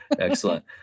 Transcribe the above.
excellent